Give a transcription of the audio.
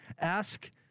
Ask